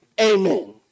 Amen